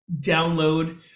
download